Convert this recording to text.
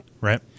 Right